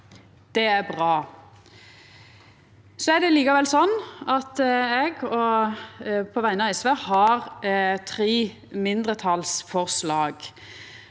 Det er bra. Det er likevel sånn at eg på vegner av SV har tre mindretalsforslag.